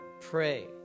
pray